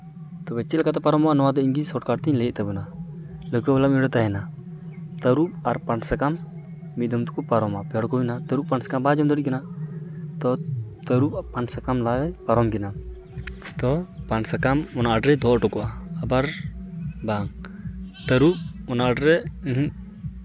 ᱛᱚ ᱪᱚᱫᱞᱮᱠᱟᱛᱮ ᱯᱟᱨᱚᱢᱚᱜᱼᱟ ᱱᱚᱣᱟ ᱫᱚ ᱤᱧ ᱜᱮ ᱥᱚᱴᱠᱟᱴ ᱛᱮᱧ ᱞᱟᱹᱭᱮᱫ ᱛᱟᱵᱚᱱᱟ ᱞᱟᱹᱣᱠᱟᱹ ᱵᱟᱞᱟ ᱢᱤᱫ ᱦᱚᱲᱮ ᱛᱟᱦᱮᱱᱟ ᱛᱟᱹᱨᱩᱵ ᱟᱨ ᱯᱟᱱ ᱥᱟᱠᱟᱢ ᱢᱤᱫ ᱫᱚᱢ ᱛᱮᱠᱚ ᱯᱟᱨᱚᱢᱟ ᱯᱮ ᱦᱚᱲ ᱠᱚ ᱦᱩᱭᱮᱱᱟ ᱛᱟᱹᱨᱩᱵᱽ ᱯᱟᱱ ᱥᱟᱠᱟᱢ ᱵᱟᱭ ᱡᱚᱢ ᱫᱟᱲᱮᱭᱟᱜ ᱠᱟᱱᱟ ᱛᱚ ᱛᱟᱹᱨᱩᱵᱽ ᱟᱨ ᱯᱟᱱ ᱥᱟᱠᱟᱢ ᱞᱟᱦᱟᱭ ᱯᱟᱨᱚᱢ ᱠᱤᱱᱟᱹ ᱛᱚ ᱯᱟᱱ ᱥᱟᱠᱟᱢ ᱜᱷᱟᱴ ᱨᱮᱭ ᱫᱚᱦᱚ ᱦᱚᱴᱚ ᱠᱟᱜᱼᱟ ᱟᱵᱟᱨ ᱵᱟᱝ ᱛᱟᱹᱨᱩᱵᱽ ᱚᱱᱟ ᱜᱷᱟᱴ ᱨᱮ